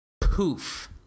Poof